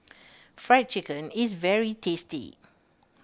Fried Chicken is very tasty